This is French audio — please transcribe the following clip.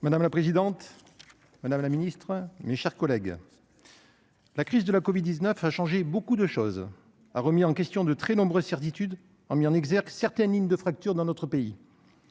Madame la présidente, madame la secrétaire d'État, mes chers collègues, la crise de la covid-19 a changé beaucoup de choses ; elle a remis en question de très nombreuses certitudes et a mis en exergue certaines lignes de fracture dans notre pays.